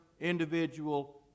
individual